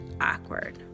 awkward